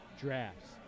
drafts